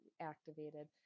activated